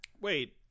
Wait